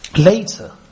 later